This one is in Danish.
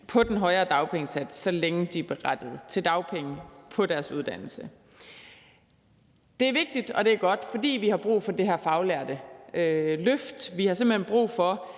på den højere dagpengesats, så længe de er berettiget til dagpenge på deres uddannelse. Det er vigtigt, og det er godt, for vi har brug for det her løft af de faglærte. Vi har simpelt hen brug for,